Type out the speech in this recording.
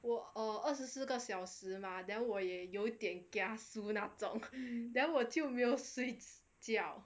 我 err 二十四个小时吗 then 我也有点 kiasu 那种 then 我就没有睡觉 oh so you really like spend 那个二十四个小时 doing the thing meh or you submit earlier